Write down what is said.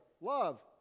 love